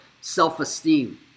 self-esteem